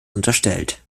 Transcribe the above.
unterstellt